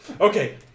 Okay